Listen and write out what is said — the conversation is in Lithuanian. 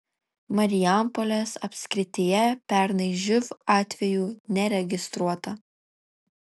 marijampolės apskrityje pernai živ atvejų neregistruota